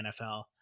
nfl